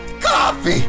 Coffee